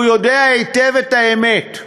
והוא יודע היטב את האמת.